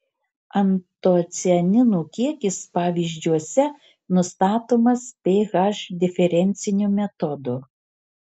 antocianinų kiekis pavyzdžiuose nustatomas ph diferenciniu metodu